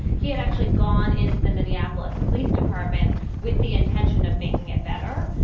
he had actually gone into the minneapolis police department with the intention of making it better.